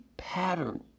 pattern